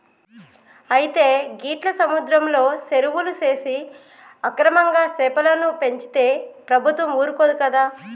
అయితే గీట్ల సముద్రంలో సెరువులు సేసి అక్రమంగా సెపలను పెంచితే ప్రభుత్వం ఊరుకోదు కదా